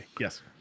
Yes